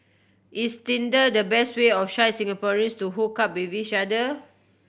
is Tinder the best way of shy Singaporeans to hook up with each other